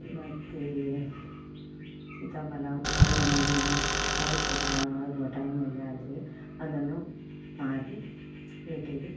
ಮತ್ತು ಸೀತಾಫಲ ಮಾವಿನ ಹಣ್ಣು ಅದು ಕೂಡ ಆಗುವ ಟೈಮಲ್ಲಿ ಆದರೆ ಅದನ್ನು ಮಾರಿ ಪೇಟೆಗೆ